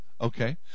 Okay